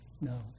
no